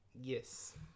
Yes